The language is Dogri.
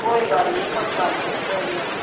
कोई गल्ल निं पक्का निं आक्खी सकदी बा